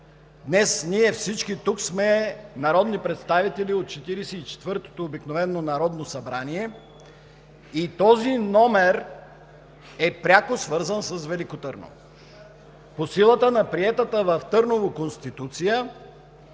Днес ние всички тук сме народни представители от Четиридесет и четвъртото обикновено народно събрание и този номер е пряко свързан с Велико Търново. По силата на приетата в Търново Конституция